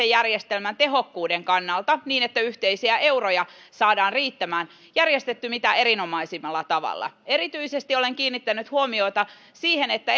järjestelmän tehokkuuden kannalta niin että yhteisiä euroja saadaan riittämään järjestetty mitä erinomaisimmalla tavalla erityisesti olen kiinnittänyt huomiota siihen että